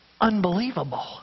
Unbelievable